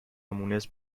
مونس